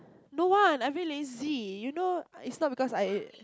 don't want I've been lazy you know it's not because I